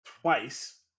Twice